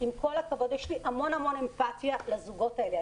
המון המון אמפטיה לזוגות האלה.